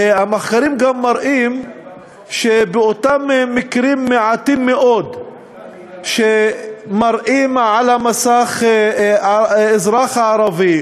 והמחקרים גם מראים שבאותם מקרים מעטים מאוד שמראים על המסך אזרח ערבי,